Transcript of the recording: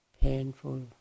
painful